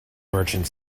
merchant